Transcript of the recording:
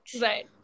right